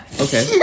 Okay